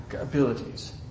abilities